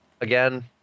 again